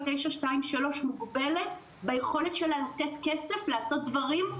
923 מוגבלת ביכולת שלה לתת כסף לעשות דברים,